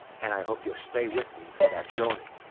and i hope you'll stay with me for that journey.